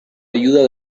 ayuda